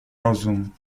rozum